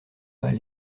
pas